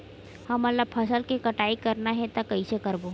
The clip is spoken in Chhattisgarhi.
हमन ला फसल के कटाई करना हे त कइसे करबो?